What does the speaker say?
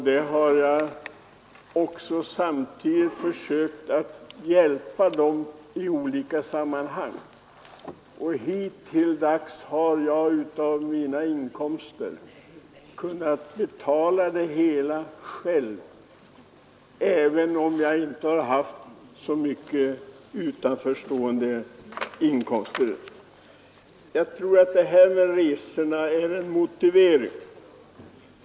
Jag har också samtidigt försökt att hjälpa dem i olika sammanhang, och hittilldags har jag kunnat betala det hela själv av mina inkomster även om jag inte haft så stora utanförstående inkomster. Jag tror att resorna bara är en motivering.